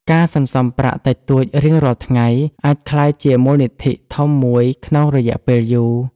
ការសន្សំប្រាក់តិចតួចរៀងរាល់ថ្ងៃអាចក្លាយជាមូលនិធិធំមួយក្នុងរយ:ពេលយូរ។